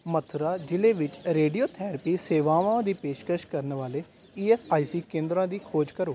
ਮਥੁਰਾ ਜ਼ਿਲ੍ਹੇ ਵਿੱਚ ਰੇਡੀਓਥੈਰੇਪੀ ਸੇਵਾਵਾਂ ਦੀ ਪੇਸ਼ਕਸ਼ ਕਰਨ ਵਾਲੇ ਈ ਐਸ ਆਈ ਸੀ ਕੇਂਦਰਾਂ ਦੀ ਖੋਜ ਕਰੋ